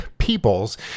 People's